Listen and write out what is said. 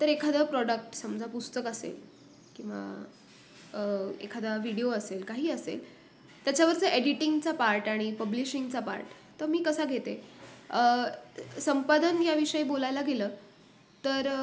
तर एखादं प्रॉडक्ट समजा पुस्तक असेल किंवा एखादा व्हिडिओ असेल काही असेल त्याच्यावरचं एडिटिंगचा पार्ट आणि पब्लिशिंगचा पार्ट तर मी कसा घेते संपादन या विषयी बोलायला गेलं तर